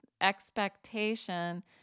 expectation